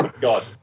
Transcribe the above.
God